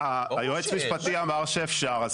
היועץ המשפטי אמר שאפשר, אז